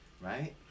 Right